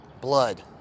blood